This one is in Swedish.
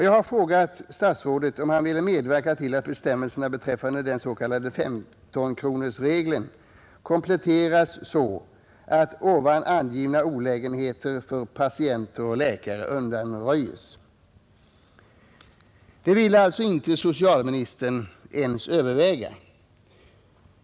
Jag har frågat statsrådet, om han ville medverka till att bestämmelserna beträffande den s.k. 1S-kronorsregeln kompletteras så, att nu angivna olägenheter för patienter och läkare undanröjes. Det ville alltså socialministern inte ens överväga.